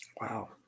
Wow